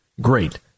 great